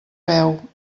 veu